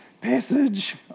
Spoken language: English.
passage